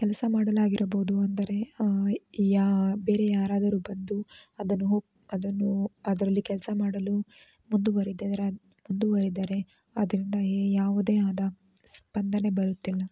ಕೆಲಸ ಮಾಡಲು ಆಗಿರಬೌದು ಅಂದರೆ ಯಾ ಬೇರೆ ಯಾರಾದರೂ ಬಂದು ಅದನ್ನು ಓ ಅದನ್ನು ಅದರಲ್ಲಿ ಕೆಲಸ ಮಾಡಲು ಮುಂದುವರಿದರೆ ಅದು ಮುಂದುವರಿದರೆ ಅದರಿಂದ ಯಾವುದೇ ಆದ ಸ್ಪಂದನೆ ಬರುತ್ತಿಲ್ಲ